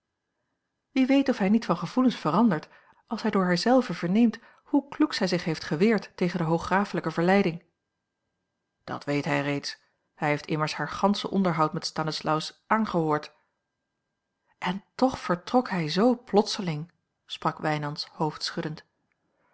wie weet of hij niet van gevoelens verandert als hij door haar zelve verneemt hoe kloek zij zich heeft geweerd tegen de hooggraaflijke verleiding a l g bosboom-toussaint langs een omweg dat weet bij reeds hij heeft immers haar gansche onderhoud met stanislaus aangehoord en toch vertrok hij z plotseling sprak wijnands hoofdschuddend